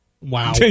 Wow